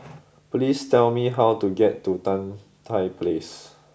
please tell me how to get to Tan Tye Place